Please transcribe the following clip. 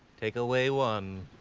take away one.